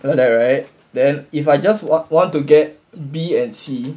like that right then if I just want to get B and C